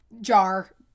jar